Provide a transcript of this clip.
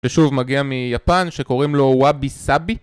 ושוב מגיע מיפן שקוראים לו ואבי סאבי